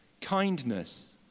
Kindness